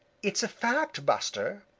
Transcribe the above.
it's a fact, buster,